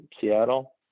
Seattle